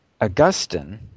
Augustine